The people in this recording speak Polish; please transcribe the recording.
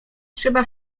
trzeba